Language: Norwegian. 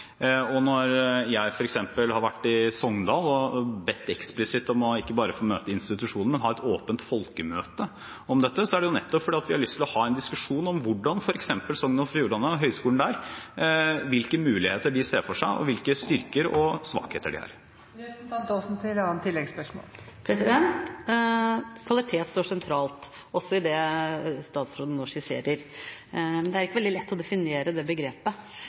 Når jeg f.eks. har vært i Sogndal og eksplisitt bedt om ikke bare å få møte institusjonene, men ha et åpent folkemøte om dette, er det nettopp fordi vi har lyst til å ha en diskusjon om hvilke muligheter Sogn og Fjordane og høyskolen der ser for seg, og hvilke styrker og svakheter de har. Kvalitet står sentralt, også i det statsråden nå skisserer. Men det er ikke veldig lett å definere det begrepet,